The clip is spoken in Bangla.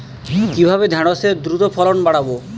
কিভাবে ঢেঁড়সের দ্রুত ফলন বাড়াব?